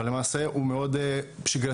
אבל למעשה הוא מאוד שגרתי,